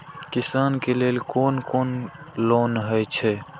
किसान के लेल कोन कोन लोन हे छे?